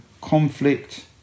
conflict